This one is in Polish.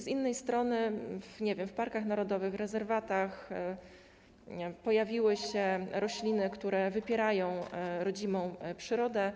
Z innej strony, nie wiem, w parkach narodowych, rezerwatach pojawiły się rośliny, które wypierają rodzimą przyrodę.